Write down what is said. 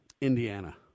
Indiana